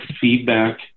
feedback